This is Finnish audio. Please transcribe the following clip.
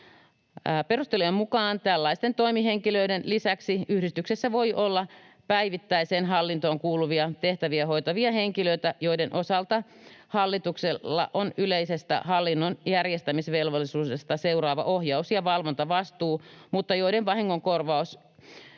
Perustelujen mukaan tällaisten toimihenkilöiden lisäksi yhdistyksessä voi olla päivittäiseen hallintoon kuuluvia tehtäviä hoitavia henkilöitä, joiden osalta hallituksella on yleisestä hallinnon järjestämisvelvollisuudesta seuraava ohjaus- ja valvontavastuu, mutta joiden vahingonkorvaus